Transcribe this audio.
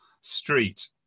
street